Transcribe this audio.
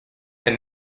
then